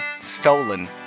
stolen